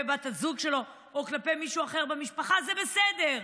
בת הזוג שלו או כלפי מישהו אחר במשפחה זה בסדר,